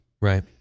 Right